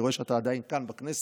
אני רואה שאתה עדיין כאן בכנסת,